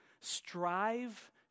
strive